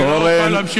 אני לא יכול להמשיך.